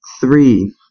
Three